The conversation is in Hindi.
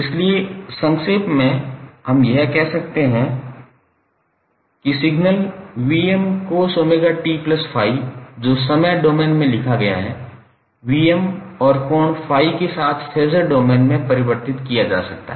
इसलिए संक्षेप में हम यह कह सकते हैं कि सिग्नल 𝑉𝑚cos𝜔𝑡∅ जो समय डोमेन में लिखा गया है 𝑉𝑚 और कोण ∅ के साथ फेज़र डोमेन में परिवर्तित किया जा सकता है